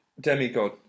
demigod